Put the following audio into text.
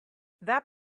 that